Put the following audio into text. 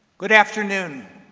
good afternoon.